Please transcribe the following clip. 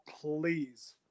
please